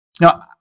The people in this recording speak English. Now